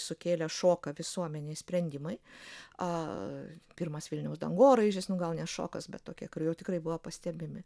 sukėlė šoką visuomenėj sprendimai a pirmas vilniaus dangoraižis nu gal ne šokas bet tokie jau tikrai buvo pastebimi